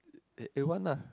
A~ A-one lah